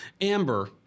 Amber